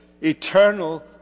eternal